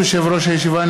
ברשות יושב-ראש הישיבה,